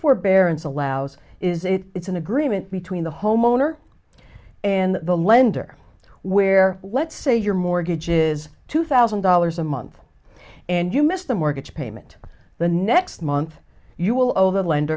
forbearance allows is it it's an agreement between the homeowner and the lender where let's say your mortgage is two thousand dollars a month and you missed the mortgage payment the next month you will o